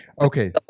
Okay